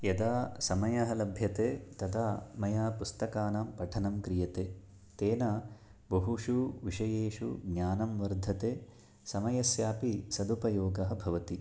यदा समयं लभ्यते तदा मया पुस्तकानां पठनं क्रियते तेन बहुषु विषयेषु ज्ञानं वर्धते समयस्यापि सदुपयोगः भवति